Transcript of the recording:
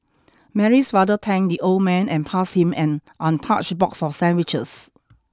Mary's father thanked the old man and passed him an untouched box of sandwiches